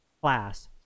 class